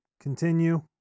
Continue